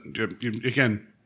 again